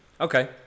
okay